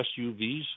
SUVs